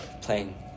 playing